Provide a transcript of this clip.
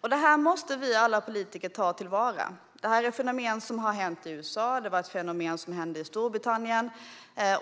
Det här måste alla vi politiker ta på allvar. Det är ett fenomen som har hänt i USA. Det är ett fenomen som har hänt i Storbritannien.